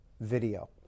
video